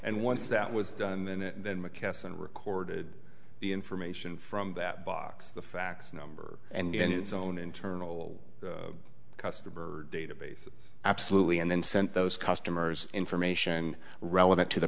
and once that was done and then mckesson recorded the information from that box the fax number and its own internal customer database absolutely and then sent those customers information relevant to the